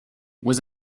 was